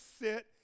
sit